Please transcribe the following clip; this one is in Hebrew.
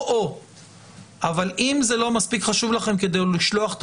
אם זה לא מספיק חשוב לכם כדי לשלוח את